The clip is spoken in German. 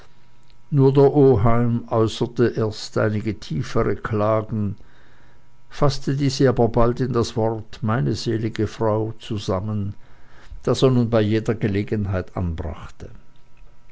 nur der oheim äußerte erst einige tiefere klagen faßte diese aber bald in das wort meine selige frau zusammen das er nun bei jeder gelegenheit anbrachte